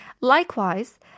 Likewise